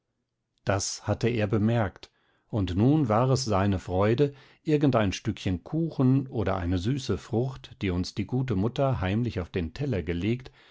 das hatte er bemerkt und nun war es seine freude irgend ein stückchen kuchen oder eine süße frucht die uns die gute mutter heimlich auf den teller gelegt